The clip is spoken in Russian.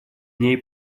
ней